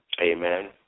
Amen